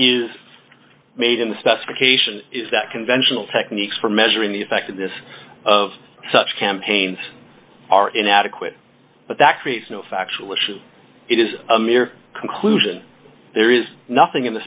is made in the specification is that conventional techniques for measuring the effectiveness of such campaigns are inadequate but that creates no factual issue it is a mere conclusion there is nothing in the